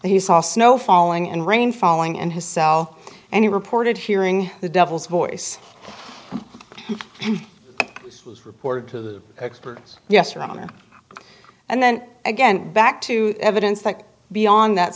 and he saw snow falling and rain falling and his cell and he reported hearing the devil's voice it was reported to the experts yes around and then again back to evidence that beyond that